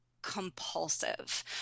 compulsive